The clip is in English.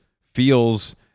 feels